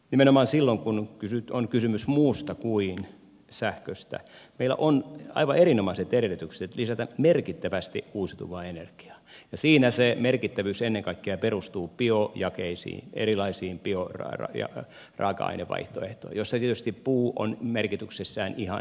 nimenomaan silloin kun on kysymys muusta kuin sähköstä meillä on aivan erinomaiset edellytykset lisätä merkittävästi uusiutuvaa energiaa ja siinä se merkittävyys perustuu ennen kaikkea biojakeisiin erilaisiin bioraaka ainevaihtoehtoihin joissa tietysti puu on merkityksessään ihan ylivoimainen